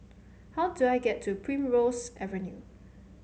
how do I get to Primrose Avenue